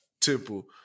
Temple